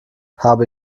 habe